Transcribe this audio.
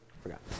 forgot